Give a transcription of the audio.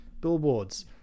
billboards